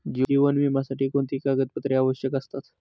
जीवन विम्यासाठी कोणती कागदपत्रे आवश्यक असतात?